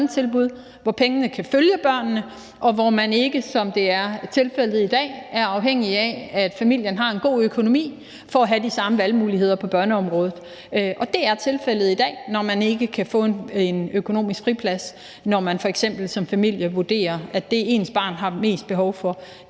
hvor pengene kan følge børnene, og hvor man ikke, som det er tilfældet i dag, er afhængig af, at familien har en god økonomi for at have de samme valgmuligheder på børneområdet. Det er tilfældet i dag, når man ikke kan få en økonomisk friplads, når man f.eks. som familie vurderer, at det, ens barn har mest behov for,